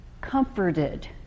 comforted